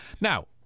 Now